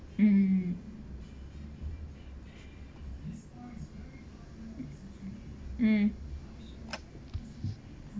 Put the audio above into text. mm mm